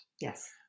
Yes